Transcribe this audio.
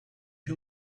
you